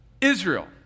Israel